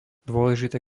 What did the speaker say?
dôležité